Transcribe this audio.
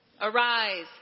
arise